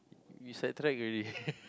we sidetracked already